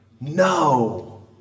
no